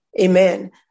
Amen